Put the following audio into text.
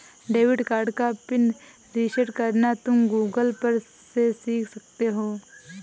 debit card का PIN reset करना तुम गूगल पर से सीख सकते हो